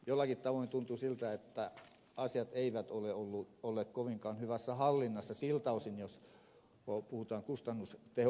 jollakin tavoin tuntuu siltä että asiat eivät ole olleet kovinkaan hyvässä hallinnassa siltä osin jos puhutaan kustannustehokkuudesta